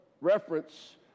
reference